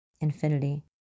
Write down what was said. Infinity